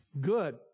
good